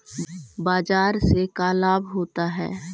बाजार से का लाभ होता है?